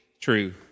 true